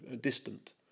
distant